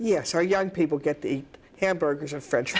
yes our young people get the hamburgers and french